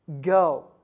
Go